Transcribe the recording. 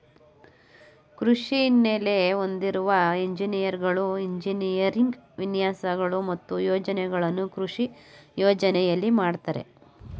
ಕೃಷಿ ಹಿನ್ನೆಲೆ ಹೊಂದಿರುವ ಎಂಜಿನಿಯರ್ಗಳು ಎಂಜಿನಿಯರಿಂಗ್ ವಿನ್ಯಾಸಗಳು ಮತ್ತು ಯೋಜನೆಗಳನ್ನು ಕೃಷಿ ಯೋಜನೆಯಲ್ಲಿ ಮಾಡ್ತರೆ